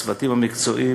הצוותים המקצועיים,